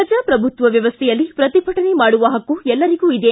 ಪ್ರಜಾಪ್ರಭುತ್ವ ವ್ಯವಸ್ಥೆಯಲ್ಲಿ ಪ್ರತಿಭಟನೆ ಮಾಡುವ ಹಕ್ಕು ಎಲ್ಲರಿಗೂ ಇದೆ